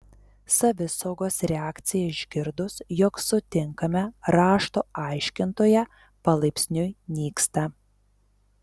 savisaugos reakcija išgirdus jog sutinkame rašto aiškintoją palaipsniui nyksta